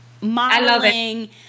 modeling